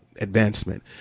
advancement